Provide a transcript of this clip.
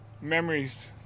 memories